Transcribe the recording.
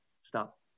stop